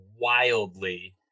wildly